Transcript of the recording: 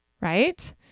right